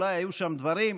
אולי היו שם דברים.